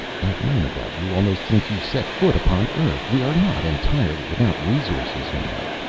i've known about you almost since you set foot upon earth. we are not entirely without resources you know.